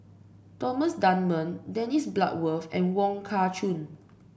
Thomas Dunman Dennis Bloodworth and Wong Kah Chun